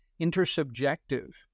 intersubjective